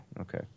okay